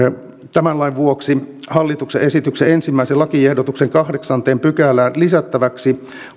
vuoksi hallituksen esityksen ensimmäisen lakiehdotuksen kahdeksanteen pykälään lisättäväksi